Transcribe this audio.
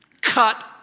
cut